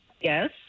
Yes